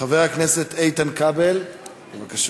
חבר הכנסת איתן כבל, בבקשה.